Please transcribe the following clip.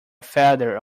feather